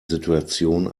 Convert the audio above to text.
situation